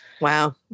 Wow